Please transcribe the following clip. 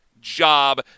job